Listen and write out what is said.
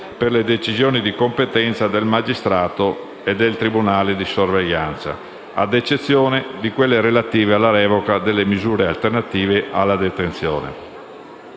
per le decisioni di competenza del magistrato e del tribunale di sorveglianza, ad eccezione di quelle relative alla revoca delle misure alternative alla detenzione.